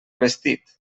vestit